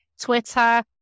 Twitter